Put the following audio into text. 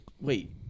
wait